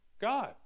God